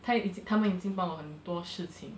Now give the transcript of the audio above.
他已他们已经帮我很多事情